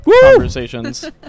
conversations